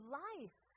life